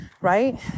right